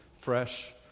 fresh